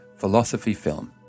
#philosophyfilm